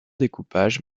découpage